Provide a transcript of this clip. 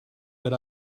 but